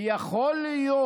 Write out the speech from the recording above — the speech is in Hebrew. ויכול להיות,